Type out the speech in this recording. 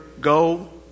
go